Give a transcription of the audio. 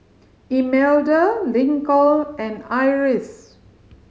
Imelda Lincoln and Iris